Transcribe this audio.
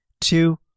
two